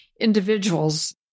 individuals